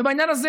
ובעניין הזה,